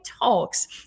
Talks